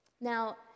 Now